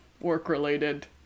work-related